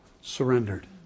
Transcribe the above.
surrendered